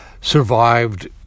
survived